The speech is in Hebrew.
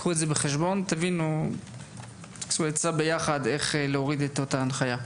קחו את זה בחשבון ותבינו יחד איך להוריד את ההנחיה.